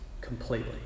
completely